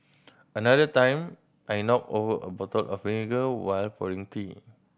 another time I knocked over a bottle of vinegar while pouring tea